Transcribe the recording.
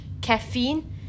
Caffeine